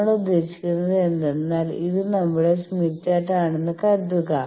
നമ്മൾ ഉദ്ദേശിക്കുന്നത് എന്തെന്നാൽ ഇത് നമ്മളുടെ സ്മിത്ത് ചാർട്ട് ആണെന്ന് കരുതുക